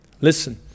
Listen